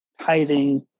tithing